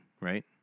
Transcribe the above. right